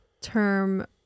term